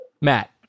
Matt